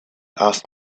asked